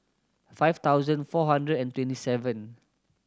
five thousand four hundred and twenty seven